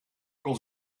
kon